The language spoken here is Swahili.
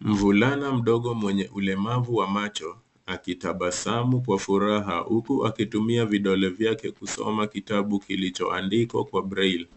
Mvulana mdogo mwenye ulemavu wa macho, akitabasamu kwa furaha, huku akitumia vidole vyake kusoma kitabu kilichoandikwa kwa braille .